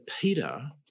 Peter